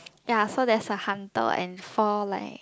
ya so there's a hunter and four like